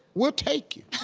we'll take it.